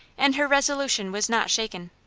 and her resolution was not shaken.